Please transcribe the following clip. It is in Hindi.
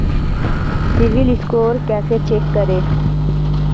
सिबिल स्कोर कैसे चेक करें?